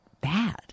bad